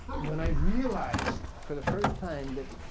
when i realized for the first time that,